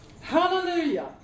Hallelujah